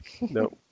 No